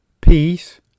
peace